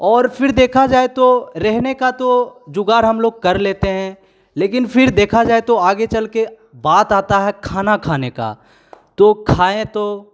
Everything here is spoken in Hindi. और फ़िर देखा जाए तो रहने का तो जुगाड़ हम लोग कर लेते हैं लेकिन फ़िर देखा जाए तो आगे चलकर बात आता है खाना खाने का तो खाएँ तो